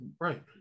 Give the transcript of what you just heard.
right